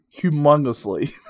Humongously